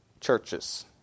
churches